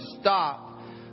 stop